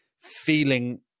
feeling